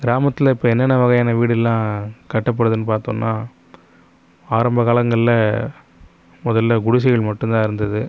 கிராமத்தில் இப்போ என்னென்ன வகையான வீடுலாம் கட்டப்படுதுன்னு பார்த்தோம்னா ஆரம்ப காலங்களில் முதல்ல குடிசைகள் மட்டும் தான் இருந்தது